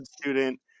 student